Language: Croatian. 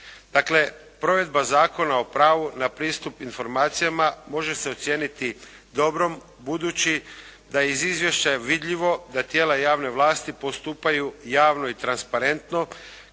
Dakle provedba Zakona o pravu na pristup informacijama može se ocijeniti dobrom, budući da je iz izvješća vidljivo da tijela javne vlasti postupaju javno i transparentno